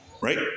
right